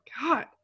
God